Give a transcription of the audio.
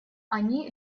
они